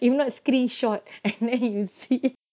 if not screen shot and then you see